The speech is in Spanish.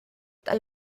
tal